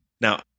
Now